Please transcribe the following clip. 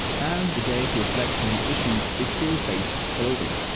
and a day to reflect on the issues that they still face globally.